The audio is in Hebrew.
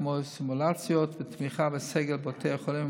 כמו סימולציות ותמיכה בסגל בתי החולים,